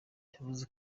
yavuze